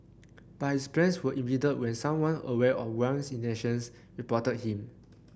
but his plans were impeded when someone aware of Wang's intentions reported him